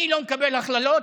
אני לא מקבל הכללות,